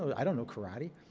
i don't know karate.